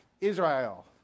Israel